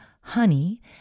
honey